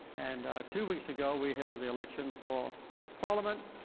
and two weeks ago, we held the election for parliament.